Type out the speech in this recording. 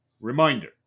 reminder